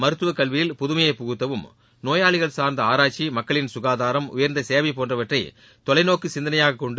மருத்துவக் கல்வியில் புதுமையை புகுத்தவும் நோயாளிகள் சாா்ந்த ஆராய்ச்சி மக்களின் சுகாதாரம் உயர்ந்த சேவை போன்றவற்றை தொலைநோக்கு சிந்தனையாகக் கொண்டு